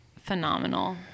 phenomenal